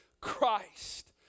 Christ